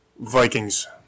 Vikings